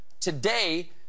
today